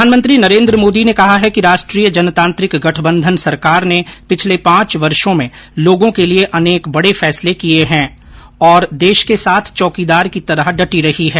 प्रधानमंत्री नरेन्द्र मोदी ने कहा है कि राष्ट्रीय जनतांत्रिक गठबंधन सरकार ने पिछले पांच वर्षो में लोगों के लिए अनेक बड़े फैसले किए हैं और देश के साथ चौकीदार की तरह डटी रही है